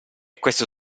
questo